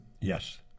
Yes